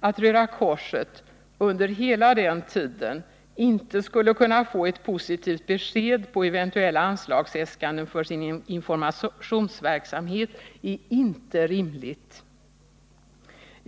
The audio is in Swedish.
Att Röda korset under hela den tiden inte skulle kunna få ett positivt besked på eventuella anslagsäskanden för sin informationsverksamhet är inte rimligt.